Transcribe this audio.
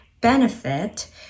benefit